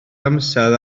amser